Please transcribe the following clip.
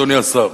אדוני השר,